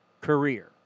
career